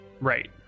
Right